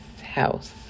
house